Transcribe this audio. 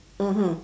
mmhmm